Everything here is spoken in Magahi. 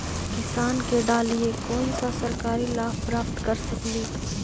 किसान के डालीय कोन सा सरकरी लाभ प्राप्त कर सकली?